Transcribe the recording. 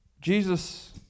Jesus